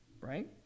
right